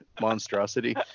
monstrosity